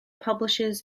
publishes